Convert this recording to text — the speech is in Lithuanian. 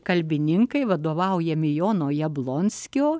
kalbininkai vadovaujami jono jablonskio